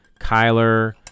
Kyler